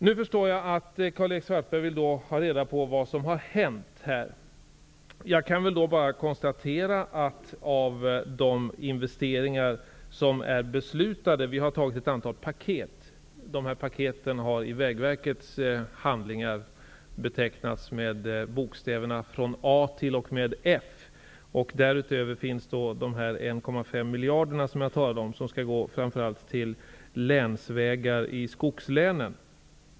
Jag förstår att Karl-Erik Svartberg vill ha reda på vad som har hänt. Jag kan bara konstatera att i besluten ingår ett antal paket, som i Vägverkets handlingar har betecknats med bokstäverna A--F. Därutöver finns de 1,5 miljarder, som jag talade om, som skall gå framför allt till länsvägar i skogslänen.